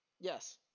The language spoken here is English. yes